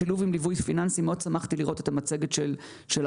השילוב עם ליווי פיננסי שמחתי מאוד לראות את המצגת של האוצר,